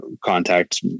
contact